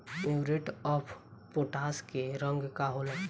Muriate of potash के रंग का होला?